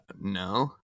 No